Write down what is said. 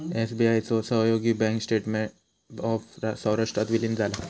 SBI चो सहयोगी bank state bank of सौराष्ट्रात विलीन झाला